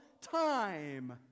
time